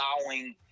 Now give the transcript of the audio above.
allowing